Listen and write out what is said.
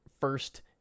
first